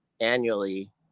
Annually